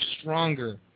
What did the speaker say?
stronger